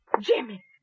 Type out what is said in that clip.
Jimmy